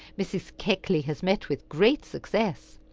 mrs. keckley has met with great success.